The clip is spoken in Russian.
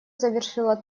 завершила